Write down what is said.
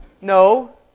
No